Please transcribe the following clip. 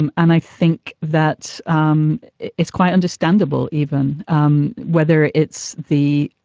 and and i think that um it's quite understandable, even um whether it's the,